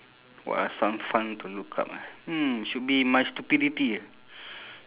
what are some fun to look up ah hmm should be my stupidity